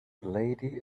lady